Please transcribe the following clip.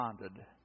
responded